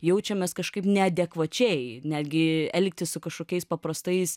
jaučiamės kažkaip neadekvačiai netgi elgtis su kažkokiais paprastais